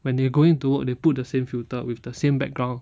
when they going to work they put the same filter with the same background